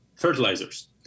fertilizers